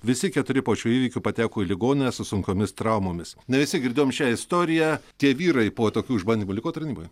visi keturi po šių įvykių pateko į ligoninę su sunkiomis traumomis ne visi girdėjom šią istoriją tie vyrai po tokių išbandymų liko tarnyboj